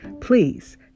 Please